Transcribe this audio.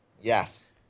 Yes